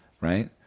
right